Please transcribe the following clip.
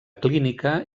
clínica